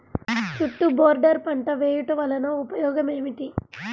చుట్టూ బోర్డర్ పంట వేయుట వలన ఉపయోగం ఏమిటి?